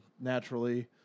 Naturally